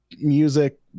music